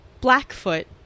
Blackfoot